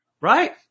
Right